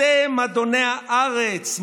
אתם אדוני הארץ,